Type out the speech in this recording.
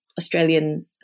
Australian